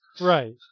Right